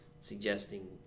suggesting